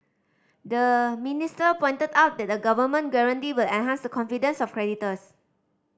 the minister pointed out that a government guarantee will enhance the confidence of creditors